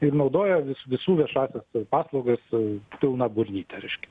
ir naudoja vis visų viešąsias paslaugas pilna burnyte reiškia